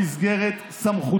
נכון.